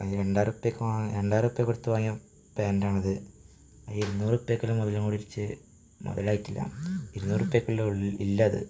അത് രണ്ടായിരം റുപ്പ്യക്കടുത്ത് വാ രണ്ടായിരം റുപ്പ്യ കൊടുത്തു വാങ്ങിയ പാൻടാണത് ഇരുന്നൂറ് റുപ്പിയക്കുള്ള മുതൽ മേടിച്ച് ഇരുന്നൂറ് റുപ്പിക്കുള്ള ഇല്ലത്